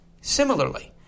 Similarly